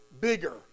bigger